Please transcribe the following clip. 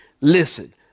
Listen